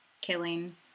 killing